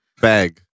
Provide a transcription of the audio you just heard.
Bag